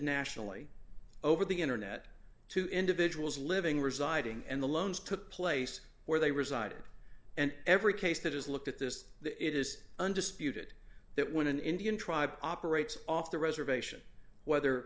nationally over the internet to individuals living residing in the loans took place where they resided and every case that has looked at this it is undisputed that when an indian tribe operates off the reservation whether